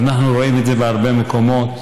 ואנחנו רואים את זה בהרבה מקומות.